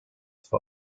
for